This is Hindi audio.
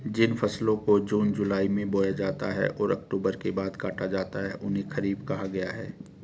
जिन फसलों को जून जुलाई में बोया जाता है और अक्टूबर के बाद काटा जाता है उन्हें खरीफ कहा गया है